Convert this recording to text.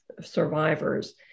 survivors